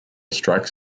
strikes